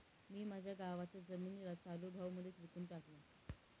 मी माझ्या गावाच्या जमिनीला चालू भावा मध्येच विकून टाकलं